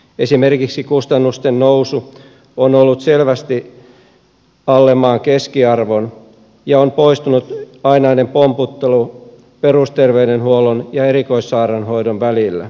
esimerkiksi kustannusten nousu on ollut selvästi alle maan keskiarvon ja ainainen pompottelu perusterveydenhuollon ja erikoissairaanhoidon välillä on poistunut